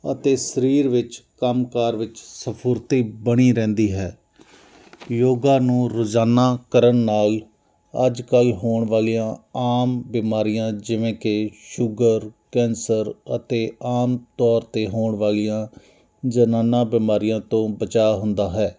ਅਤੇ ਸਰੀਰ ਵਿੱਚ ਕੰਮ ਕਾਰ ਵਿੱਚ ਸਫੁਰਤੀ ਬਣੀ ਰਹਿੰਦੀ ਹੈ ਯੋਗਾ ਨੂੰ ਰੋਜ਼ਾਨਾ ਕਰਨ ਨਾਲ ਅੱਜ ਕੱਲ੍ਹ ਹੋਣ ਵਾਲੀਆਂ ਆਮ ਬਿਮਾਰੀਆਂ ਜਿਵੇਂ ਕਿ ਸ਼ੂਗਰ ਕੈਂਸਰ ਅਤੇ ਆਮ ਤੌਰ 'ਤੇ ਹੋਣ ਵਾਲੀਆਂ ਜਨਾਨਾਂ ਬਿਮਾਰੀਆਂ ਤੋਂ ਬਚਾਅ ਹੁੰਦਾ ਹੈ